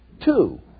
Two